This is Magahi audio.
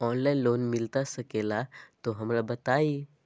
ऑनलाइन लोन मिलता सके ला तो हमरो बताई?